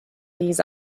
these